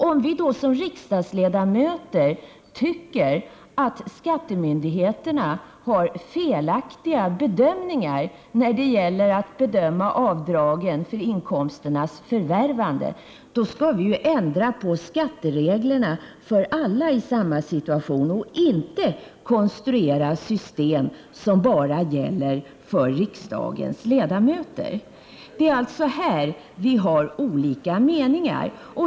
Om vi som riksdagsledamöter tycker att skattemyndigheterna gör felaktiga bedömningar av yrkandena om avdrag för inkomsternas förvärvande, skall vi ändra på skattereglerna för alla som befinner sig i samma situation och inte konstruera system som bara gäller för riksdagens ledamöter. Det är alltså på denna punkt vi har olika meningar.